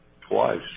twice